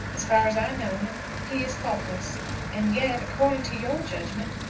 as far as i know him, he is faultless and yet, according to your judgment,